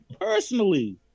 personally